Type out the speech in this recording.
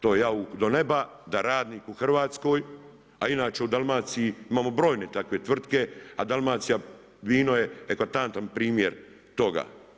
To je jauk do neba da radnik u Hrvatskoj, a inače u Dalmaciji imamo brojne takve tvrtke, a Dalmacijavino je eklatantan primjer toga.